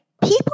people